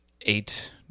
eight